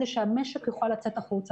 כדי שהמשק יוכל לצאת החוצה.